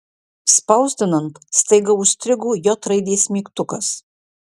spausdinant staiga užstrigo j raidės mygtukas